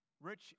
rich